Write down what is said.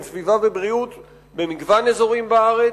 סביבה ובריאות במגוון אזורים בארץ.